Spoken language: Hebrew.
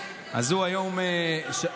מורשת ומסורת.